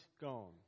gone